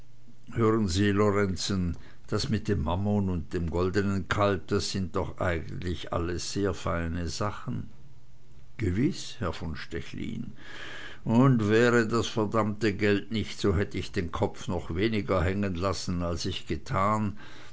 hören sie lorenzen das mit dem mammon und dem goldnen kalb das sind doch eigentlich alles sehr feine sachen gewiß herr von stechlin und wäre das verdammte geld nicht so hätt ich den kopf noch weniger hängenlassen als ich getan